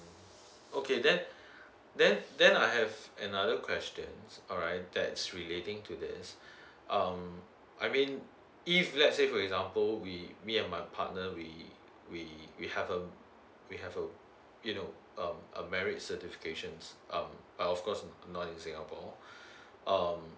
okay then then then I have another question alright that's relating to this um I mean if let's say for example we me and my partner we we we have uh we have uh you know uh a marriage certifications um but of course uh non singapore um